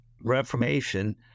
Reformation